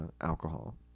alcohol